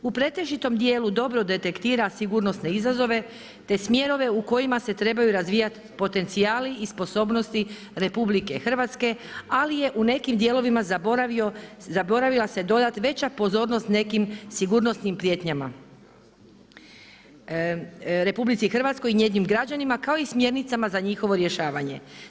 U pretežitom dijelu dobro detektira sigurnosne izazove te smjerove u kojima se trebaju razvijati potencijali i sposobnosti RH, ali je u nekim dijelovima zaboravila se dodati veća pozornost nekim sigurnosnim prijetnjama RH i njezinim građanima kao i smjernicama za njihovo rješavanje.